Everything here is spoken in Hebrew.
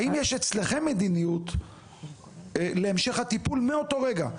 האם יש אצלכם מדיניות להמשך הטיפול מאותו רגע?